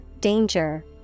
danger